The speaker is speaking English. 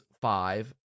five